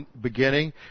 beginning